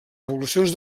revolucions